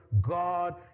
God